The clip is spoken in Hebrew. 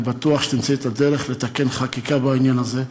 אני בטוח שתמצאי את הדרך לתקן חקיקה בעניין הזה.